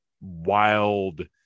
wild